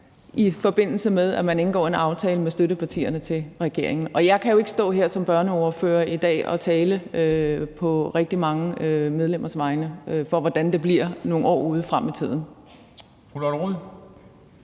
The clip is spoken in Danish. i forbindelse med at man som regering indgår en aftale med støttepartierne. Og jeg kan jo ikke stå her som børneordfører i dag og sige på rigtig mange medlemmers vegne, hvordan det bliver om nogle år frem i tiden.